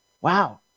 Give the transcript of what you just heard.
Wow